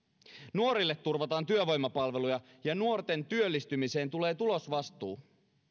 nuorille turvataan työvoimapalveluja ja nuorten työllistymiseen tulee tulosvastuu